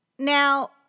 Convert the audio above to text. Now